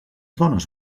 dones